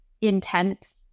intense